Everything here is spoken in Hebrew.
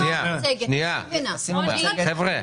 חבר'ה,